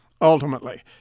ultimately